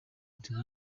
tigo